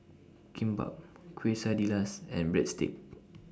Kimbap Quesadillas and Breadsticks